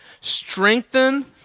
strengthen